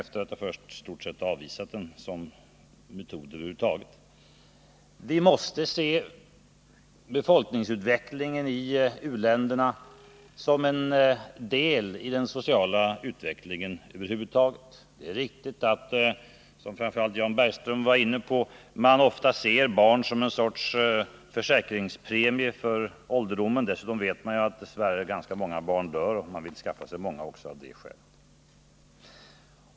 Vi måste se befolkningsutvecklingen i u-länderna som en del i den sociala utvecklingen. Det är riktigt att — som framför allt Jan Bergqvist var inne på — man ofta ser barn som ett slags försäkringspremie för ålderdomen. Dessutom vet man att ganska många barn dess värre dör, och man vill skaffa sig många också av det skälet.